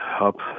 up